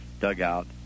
dugout